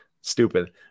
Stupid